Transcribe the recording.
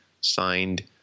signed